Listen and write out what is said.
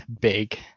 big